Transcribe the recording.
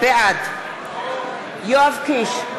בעד יואב קיש,